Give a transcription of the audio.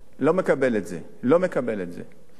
לא מקבל את זה, לא מקבל את זה.